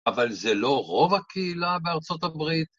אבל זה לא רוב הקהילה בארצות הברית